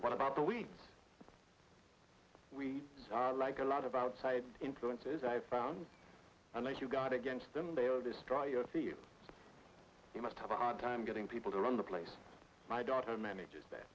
what about the weeds we like a lot of outside influences i've found and if you got against them they'll destroy your see you you must have a hard time getting people to run the place my daughter manages that